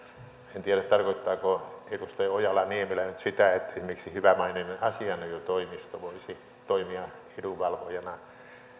en tiedä tarkoittaako edustaja ojala niemelä nyt sitä että esimerkiksi hyvämaineinen asianajotoimisto voisi toimia edunvalvojana